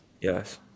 Yes